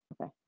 Okay